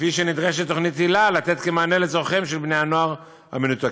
כפי שנדרשת תוכנית היל"ה לתת כמענה על צורכיהם של בני-הנוער המנותקים.